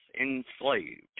enslaved